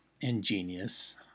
ingenious